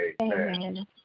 Amen